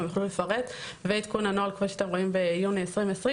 הם יכולים לפרט ועדכון הנוהל כפי שאתם רואים ביוני 2020,